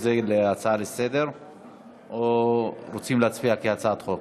זה להצעה לסדר-היום או שרוצים להצביע כעל הצעת חוק?